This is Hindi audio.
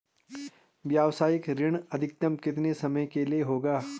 व्यावसायिक ऋण अधिकतम कितने समय के लिए होगा?